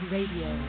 Radio